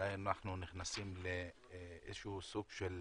אולי אנחנו נכנסים לאיזה שהוא סוג של